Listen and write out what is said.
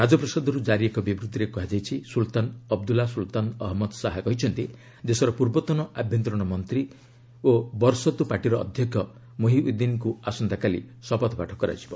ରାଜପ୍ରସାଦରୁ ଜାରି ଏକ ବିବୃତ୍ତିରେ କୁହାଯାଇଛି Sultan Abdullah Sultan Ahmad Shah କହିଛନ୍ତି ଦେଶର ପୂର୍ବତନ ଆଭ୍ୟନ୍ତରୀଣ ମନ୍ତ୍ରୀ ଓ ବରସତୁ ପାର୍ଟିର ଅଧ୍ୟକ୍ଷ ମୁହିୟିଦ୍ଧିନଙ୍କୁ ଆସନ୍ତାକାଲି ଶପଥପାଠ କରାଯିବ